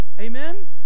Amen